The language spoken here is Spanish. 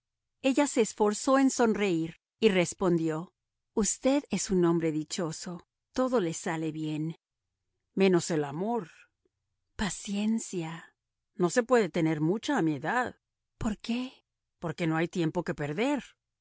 ella se esforzó en sonreír y respondió usted es un hombre dichoso todo le sale bien menos el amor paciencia no se puede tener mucha a mi edad por qué porque no hay tiempo que perder